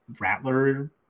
Rattler